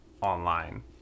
online